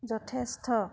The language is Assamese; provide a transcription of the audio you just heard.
যথেষ্ট